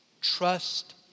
Trust